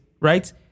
Right